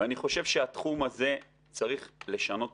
ואני חושב שאת התחום הזה צריך לשנות,